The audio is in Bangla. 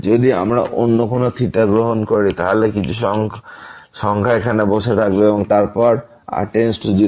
যদি আমরা অন্য কোন থিটা গ্রহণ করি তাহলে কিছু সংখ্যা এখানে বসে থাকবে এবং তারপর r → 0 হবে